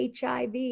HIV